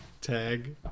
Tag